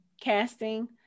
casting